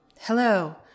Hello